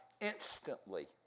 instantly